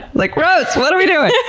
like, rose! what are we doing?